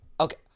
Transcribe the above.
okay